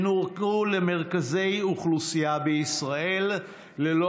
שנורו למרכזי אוכלוסייה בישראל ללא